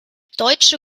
deutsche